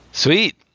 Sweet